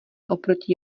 oproti